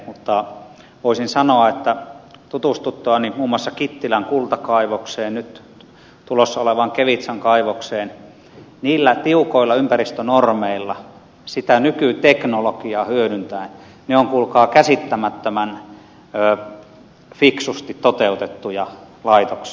mutta voisin sanoa että tutustuttuani muun muassa kittilän kultakaivokseen nyt tulossa olevaan kevitsan kaivokseen niillä tiukoilla ympäristönormeilla sitä nykyteknologiaa hyödyntäen ne ovat kuulkaa käsittämättömän fiksusti toteutettuja laitoksia